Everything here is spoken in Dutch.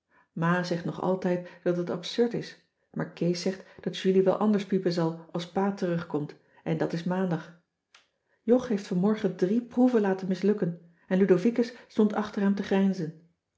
ma zegt nog altijd dat het absurd is maar kees zegt dat julie wel anders piepen zal als pa terugkomt en dat is maandag jog heeft vanmorgen drie proeven laten mislukken en ludovicus stond achter hem te grijnzen